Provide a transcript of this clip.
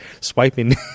swiping